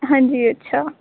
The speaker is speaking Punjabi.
ਹਾਂਜੀ ਅੱਛਾ